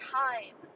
time